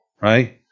right